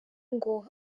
ngo